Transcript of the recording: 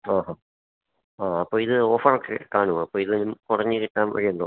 ആഹാ ആ അപ്പോൾ ഇത് ഓഫാക്ക് കാണുമോ അപ്പോൾ ഇത് കുറഞ്ഞ് കിട്ടാൻ വഴിയുണ്ടോ